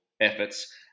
efforts